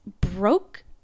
broke